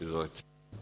Izvolite.